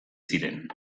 ziren